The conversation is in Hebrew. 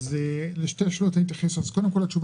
כשהייתי בכנס